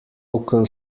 local